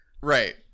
Right